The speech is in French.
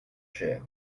cher